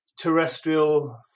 terrestrial